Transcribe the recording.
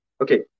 Okay